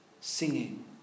singing